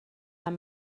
amb